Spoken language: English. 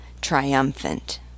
triumphant